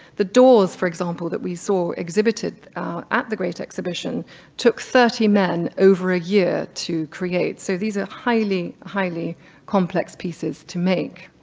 the doors, for example that we saw exhibited at the great exhibition took thirty men over a year to create. so these are highly highly complex pieces to make.